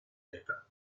actor